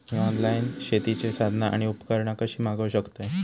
मी online शेतीची साधना आणि उपकरणा कशी मागव शकतय?